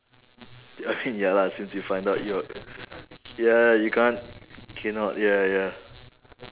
I think ya lah since you find out you're ya you can't cannot ya ya